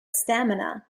stamina